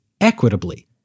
equitably